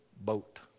boat